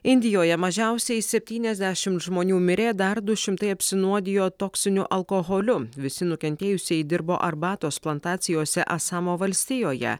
indijoje mažiausiai septyniasdešim žmonių mirė dar du šimtai apsinuodijo toksiniu alkoholiu visi nukentėjusieji dirbo arbatos plantacijose asamo valstijoje